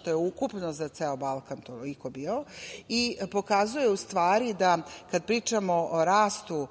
što je ukupno za ceo Balkan toliko bilo i pokazuje, u stvari, da kada pričamo o rastu